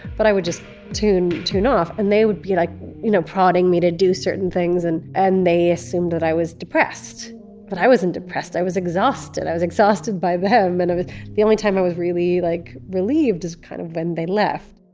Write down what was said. but i would just tune tune off and they would be like you know prodding me to do certain things. and and they assumed that i was depressed but i wasn't depressed, i was exhausted. i was exhausted by them. and the only time i was really like relieved as kind of when they left.